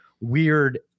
weird